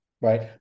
right